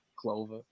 Clover